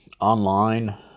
online